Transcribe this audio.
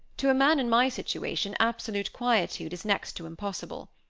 to a man in my situation absolute quietude is next to impossible.